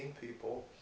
people